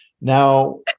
Now